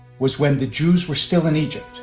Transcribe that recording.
was when the jews were still in egypt.